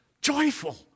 joyful